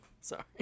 Sorry